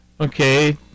okay